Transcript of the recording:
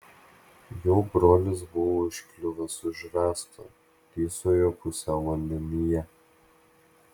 jo brolis buvo užkliuvęs už rąsto tysojo pusiau vandenyje